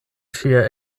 ŝia